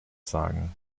sagen